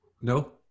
No